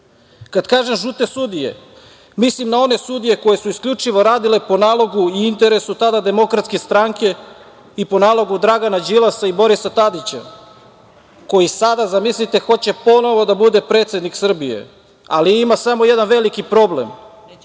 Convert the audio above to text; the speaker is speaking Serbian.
kažem žute sudije, mislim na one sudije koje su isključivo radile po nalogu i interesu tada Demokratske stranke i po nalogu Dragana Đilasa i Borisa Tadića, koji sada, zamislite, hoće ponovo da bude predsednik Srbije, ali ima samo jedan veliki problem